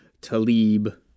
Talib